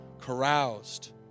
caroused